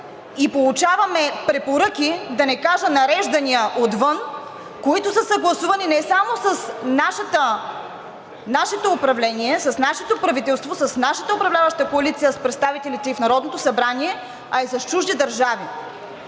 и получаваме препоръки, да не кажа нареждания, отвън, които са съгласувани не само с нашето управление, с нашето правителство, с нашата управляваща коалиция с представителите ѝ в Народното събрание, а и с чужди държави.